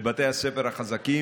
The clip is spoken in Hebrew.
לבתי הספר החזקים,